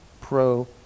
pro